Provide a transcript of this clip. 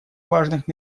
важных